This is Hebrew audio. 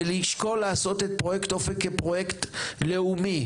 ולשקול לעשות את פרויקט אופק כפרויקט לאומי,